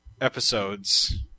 episodes